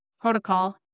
protocol